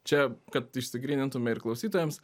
čia kad išsigrynintume ir klausytojams